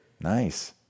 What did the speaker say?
Nice